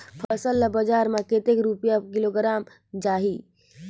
फसल ला बजार मां कतेक रुपिया किलोग्राम जाही?